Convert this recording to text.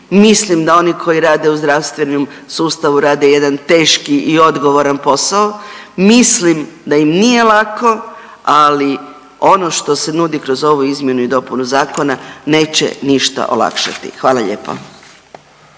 mislim da oni koji rade u zdravstvenom sustavu rade jedan teški i odgovoran posao, mislim da im nije lako, ali ono što se nudi kroz ovu izmjenu i dopunu zakona neće ništa olakšati, hvala lijepo.